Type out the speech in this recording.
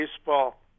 baseball